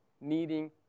needing